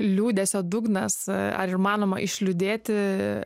liūdesio dugnas ar įmanoma išliūdėti